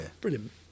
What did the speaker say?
Brilliant